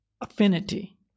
affinity